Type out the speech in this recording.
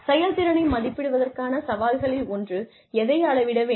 செயல்திறனை மதிப்பிடுவதற்கான சவால்களில் ஒன்று எதை அளவிட வேண்டும்